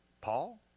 Paul